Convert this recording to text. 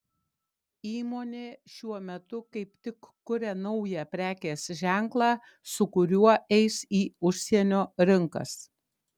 įmonė šiuo metu kaip tik kuria naują prekės ženklą su kuriuo eis į užsienio rinkas